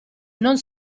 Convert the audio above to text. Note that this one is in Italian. non